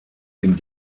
den